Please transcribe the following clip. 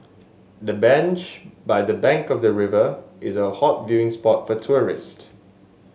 the bench by the bank of the river is a hot viewing spot for tourists